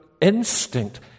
instinct